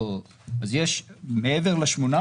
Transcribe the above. אז יש מעבר ל-800 השוטרים,